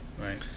right